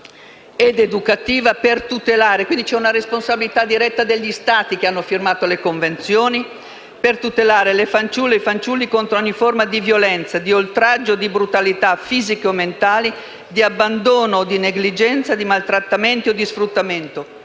- «per tutelare le fanciulle e i fanciulli contro ogni forma di violenza, di oltraggio o di brutalità fisiche o mentali, di abbandono o di negligenza, di maltrattamenti o di sfruttamento,